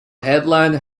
headland